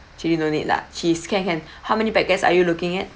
also chilli no need lah cheese can can how many packets are you looking at